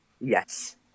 Yes